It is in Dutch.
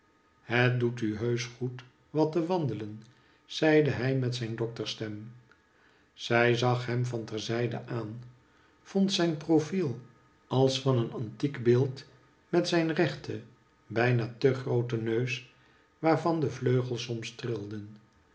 u doet heusch goed wat te wandelen zeide hij met zijn doktersstem zij zag hem van ter zijde aan vond zijn profiel als van een antiek beeid met zijn rechte bijna te groote neus waarvan de vleugels